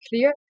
clear